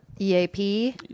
EAP